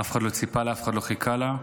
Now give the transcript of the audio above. אף אחד לא ציפה לה, אף אחד לא חיכה לה,